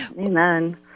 Amen